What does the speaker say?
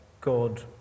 God